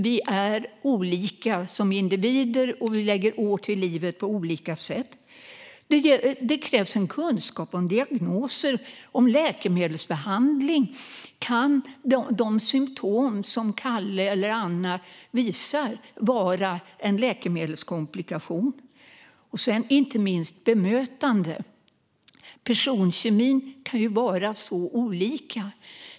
Vi är olika som individer och lägger år till livet på olika sätt. Det krävs kunskap om diagnoser och läkemedelsbehandling. Kan de symtom som Kalle eller Anna visar vara en läkemedelskomplikation? Och det handlar inte minst om bemötande. Personkemin kan ju vara så olika.